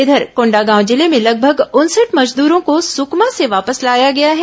इधर कोंडागांव जिले में लगभग उनसठ मजदूरों को सुकमा से वापस लाया गया है